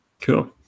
Cool